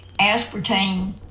aspartame